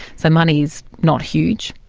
so money is not huge.